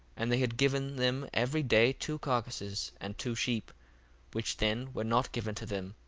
and they had given them every day two carcases, and two sheep which then were not given to them,